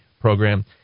program